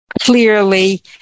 clearly